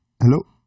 hello